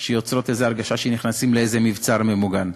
שיוצרות הרגשה שנכנסים לאיזה מבצר ממוגן.